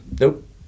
Nope